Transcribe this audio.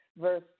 verse